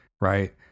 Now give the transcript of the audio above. right